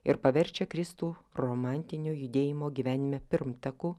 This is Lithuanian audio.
ir paverčia kristų romantinio judėjimo gyvenime pirmtaku